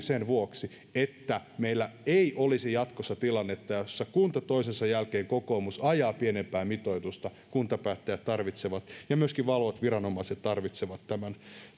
sen vuoksi että meillä ei olisi jatkossa tilannetta jossa kunta toisensa jälkeen kokoomus ajaa pienempää mitoitusta kuntapäättäjät ja myöskin valvovat viranomaiset tarvitsevat tämän